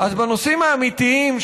אז בנושאים האמיתיים,